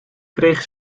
kreeg